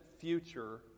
future